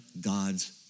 God's